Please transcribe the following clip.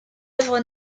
œuvre